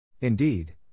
Indeed